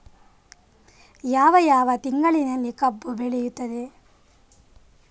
ಯಾವ ಯಾವ ತಿಂಗಳಿನಲ್ಲಿ ಕಬ್ಬು ಬೆಳೆಯುತ್ತದೆ?